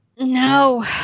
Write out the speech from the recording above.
No